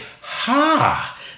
Ha